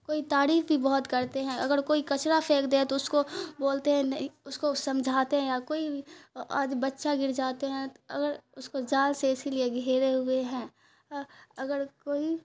کوئی تعریف بھی بہت کرتے ہیں اگر کوئی کچرا پھینک دے تو اس کو بولتے ہیں نہیں اس کو سمجھاتے ہیں یا کوئی آج بچہ گر جاتے ہیں اگر اس کو جال سے اسی لیے گھیرے ہوئے ہیں اگر کوئی